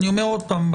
אני אומר עוד פעם,